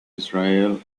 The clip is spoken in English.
israel